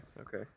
okay